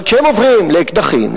אבל כשהם עוברים לאקדחים,